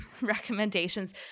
recommendations